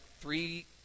three